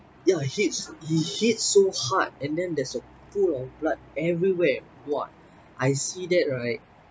ya hits he hits so hard and then there's a pool of blood everywhere !wah! I see that right